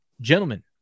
Gentlemen